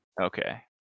okay